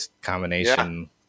combination